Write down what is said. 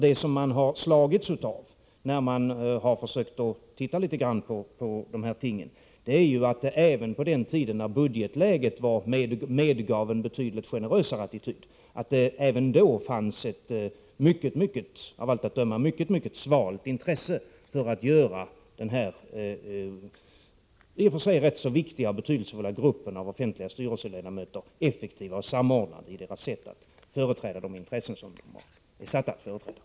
Det som jag har slagits av när jag har försökt se litet på dessa ting är att det även på den tiden när budgetläget medgav en generös attityd, fanns ett av allt att döma mycket svalt intresse för att göra den här i och för sig rätt viktiga gruppen av offentliga styrelseledamöter effektiv och samordnad i sitt sätt att företräda de intressen de är satta att representera.